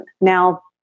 Now